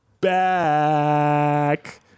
back